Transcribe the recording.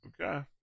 Okay